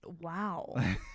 Wow